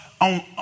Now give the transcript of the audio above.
on